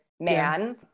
man